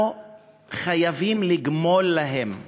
אנחנו חייבים לגמול להם,